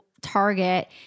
Target